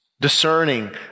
Discerning